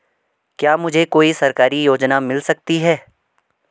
क्या मुझे कोई सरकारी योजना मिल सकती है?